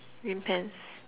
green pants